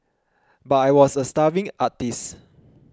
but I was a starving artist